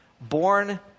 born